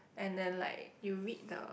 and then like you read the